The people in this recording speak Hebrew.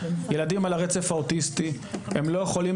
ילדים על הרצף האוטיסטי הם לא יכולים